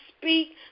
speak